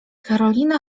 karolina